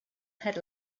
had